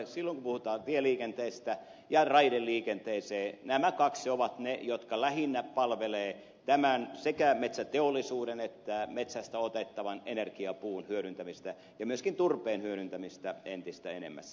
silloin kun puhutaan tieliikenteestä ja raideliikenteestä nämä kaksi ovat ne jotka lähinnä palvelevat sekä metsäteollisuuden että metsästä otettavan energiapuun hyödyntämistä ja myöskin turpeen hyödyntämistä entistä enemmässä